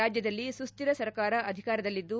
ರಾಜ್ಯದಲ್ಲಿ ಸುಶ್ಲಿರ ಸರ್ಕಾರ ಅಧಿಕಾರದಲ್ಲಿದ್ದು